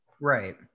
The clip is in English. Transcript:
Right